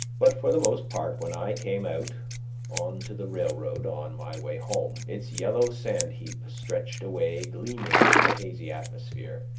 but for the most part when i came out on to the railroad, on my way home, its yellow sand heap stretched away gleaming in the hazy atmosphere,